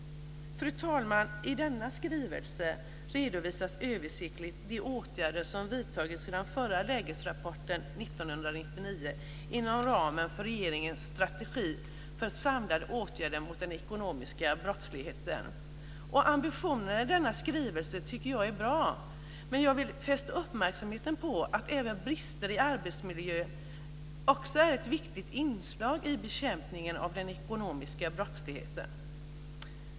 Fru talman! I denna skrivelse redovisas översiktligt de åtgärder som vidtagits sedan förra lägesrapporten 1999 inom ramen för regeringens strategi för samlade åtgärder mot den ekonomiska brottsligheten. Ambitionen i denna skrivelse tycker jag är bra. Men jag vill fästa uppmärksamheten på att även brister i arbetsmiljön är ett viktigt inslag i bekämpningen av den ekonomiska brottsligheten.